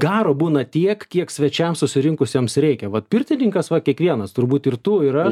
garo būna tiek kiek svečiams susirinkusiems reikia vat pirtininkas va kiekvienas turbūt ir tu ir aš